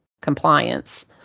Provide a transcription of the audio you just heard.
compliance